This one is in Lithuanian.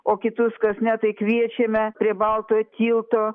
o kitus kas ne tai kviečiame prie baltojo tilto